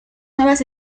nuevas